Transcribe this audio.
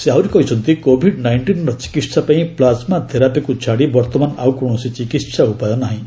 ସେ ଆହୁରି କହିଛନ୍ତି କୋଭିଡ୍ ନାଇଷ୍ଟିନର ଚିକିତ୍ସା ପାଇଁ ପ୍ଲାଜମା ଥେରାପିକୁ ଛାଡ଼ି ବର୍ତ୍ତମାନ ଆଉ କୌଣସି ଚିକିତ୍ସା ଉପାୟ ନାହିଁ